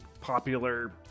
popular